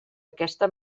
aquesta